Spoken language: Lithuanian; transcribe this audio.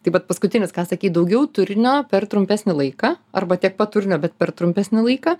taip vat paskutinis ką sakei daugiau turinio per trumpesnį laiką arba tiek pat turinio bet per trumpesnį laiką